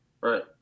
Right